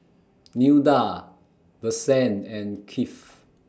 Nilda Vicente and Keith